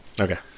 Okay